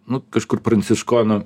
nu kažkur pranciškonų